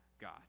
God